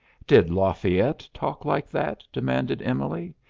did lafayette talk like that? demanded emily.